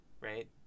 right